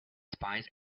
spies